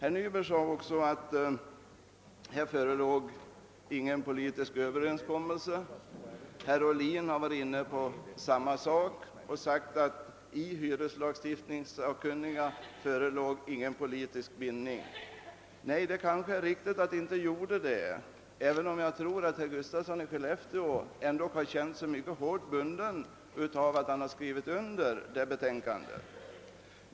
Herr Nyberg sade också att här föreligger ingen politisk överenskommelse. Herr Ohlin har varit inne på samma sak och sagt att i hyreslagstiftningssakkunniga förelåg ingen politisk bindning. Det kanske är riktigt att det inte gjorde det, även cm jag tror, att herr Gustafsson i Skellefteå har känt sig litet hårt bunden av att han skrivit under betänkandet.